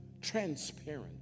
transparent